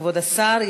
כבוד השר.